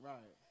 Right